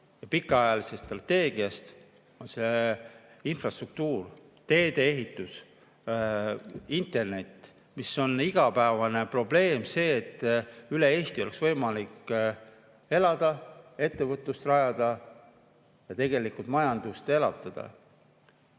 pikaajalisest strateegiast, infrastruktuurist, teedeehitusest, internetist, mis on igapäevane probleem, et üle Eesti oleks võimalik elada, ettevõtlust rajada ja tegelikult majandust elavdada.